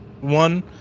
one